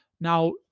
Now